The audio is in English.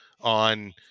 on